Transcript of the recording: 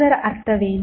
ಅದರ ಅರ್ಥವೇನು